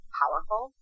powerful